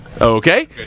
Okay